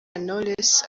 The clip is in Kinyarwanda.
knowless